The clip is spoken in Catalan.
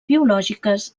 biològiques